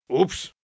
Oops